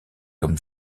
comme